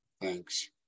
thanks